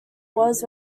was